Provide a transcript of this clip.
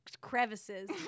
crevices